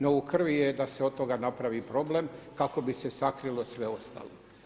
No u krvi je da se od toga napravi problem kako bi se sakrilo sve ostalo.